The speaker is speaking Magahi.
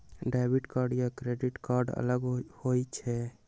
डेबिट कार्ड या क्रेडिट कार्ड अलग होईछ ई?